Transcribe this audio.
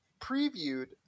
previewed